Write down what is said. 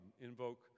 invoke